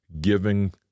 giving